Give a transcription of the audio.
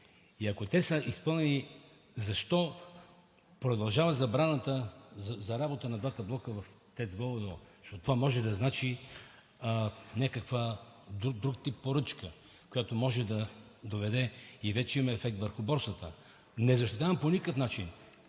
И ако те са изпълнени, защо продължава забраната за работа на двата блока в ТЕЦ „Бобов дол“? Защото това може да значи някакъв друг тип поръчка, която може да доведе и вече има ефект върху борсата. Не го защитавам по никакъв начин,